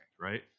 right